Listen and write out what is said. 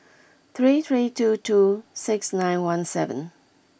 three three two two six nine one seven